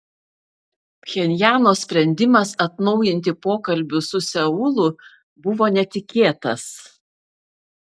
pchenjano sprendimas atnaujinti pokalbius su seulu buvo netikėtas